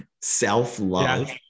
self-love